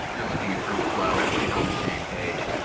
you're looking at group flow. everybody's on the same page.